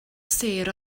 sêr